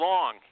Long